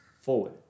forward